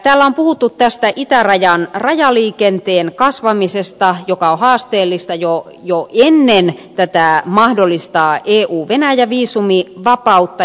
täällä on puhuttu itärajan rajaliikenteen kasvamisesta joka on haasteellista jo hieman eli vetää mahdollistaa ii ennen mahdollista euvenäjä viisumivapautta